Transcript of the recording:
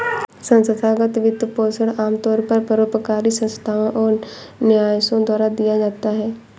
संस्थागत वित्तपोषण आमतौर पर परोपकारी संस्थाओ और न्यासों द्वारा दिया जाता है